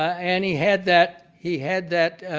and he had that he had that